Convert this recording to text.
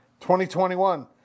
2021